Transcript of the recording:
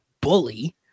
bully